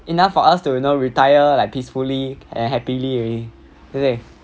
enough for us to you know retire like peacefully and happily already 对不对